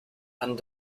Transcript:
and